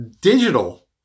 Digital